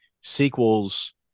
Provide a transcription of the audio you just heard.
sequels